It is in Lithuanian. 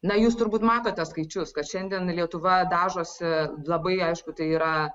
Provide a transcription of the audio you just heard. na jūs turbūt matote skaičius kad šiandien lietuva dažosi labai aišku tai yra